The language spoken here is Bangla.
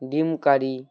ডিম কারি